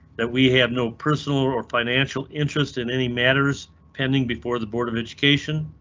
that we have no personal or or financial interest in any matters pending before the board of education.